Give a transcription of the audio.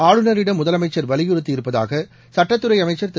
ஆளுநரிடம் முதலமைச்சர் வலியுறுத்தியிருப்பதாக சட்டத்துறை அமைச்சர் திரு